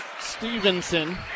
Stevenson